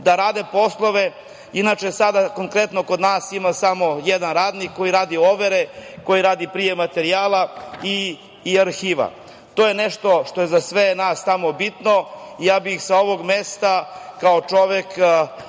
da rade poslove. Inače, sada konkretno kod nas ima samo jedan radnik koji radi overe, koji radi prijem materijala i arhiva. To je nešto što je za sve nas tamo bitno. Sa ovog mesta ja bih,